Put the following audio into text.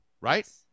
Right